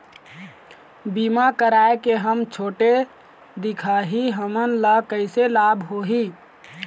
बीमा कराए के हम छोटे दिखाही हमन ला कैसे लाभ होही?